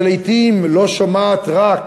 שלעתים לא שומעת רק